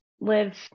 live